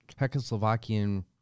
Czechoslovakian